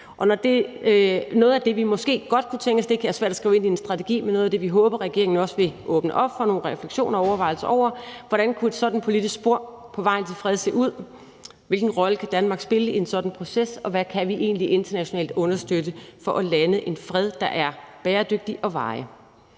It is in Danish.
Noget af det, vi måske godt kunne tænke os, og som det kan være svært at skrive i en strategi, men som er noget af det, vi håber regeringen også vil åbne op for nogle refleksioner og overvejelser over, er: Hvordan kunne et sådant politisk spor på vejen til fred se ud? Hvilken rolle kan Danmark spille i en sådan proces? Og hvad kan vi egentlig internationalt understøtte for at lande en fred, der er bæredygtig og varig?